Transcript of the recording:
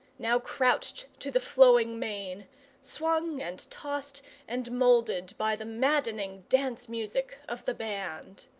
now crouched to the flowing mane swung and tossed and moulded by the maddening dance-music of the band.